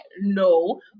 No